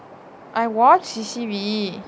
I watch C_C_V